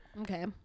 Okay